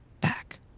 back